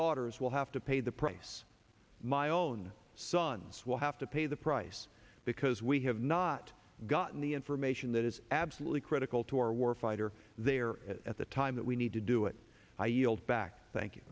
daughters will have to pay the price my own sons will have to pay the price because we have not gotten the information that is absolutely critical to our war fighter there at the time that we need to do it i yield back